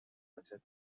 نمیکنه